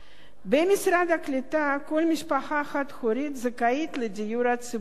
במשרד הקליטה כל משפחה חד-הורית זכאית לדיור הציבורי,